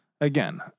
Again